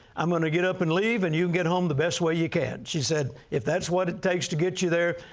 i'm going to get up and leave, and you get home the best way you can. she said, if that's what it takes to get you there,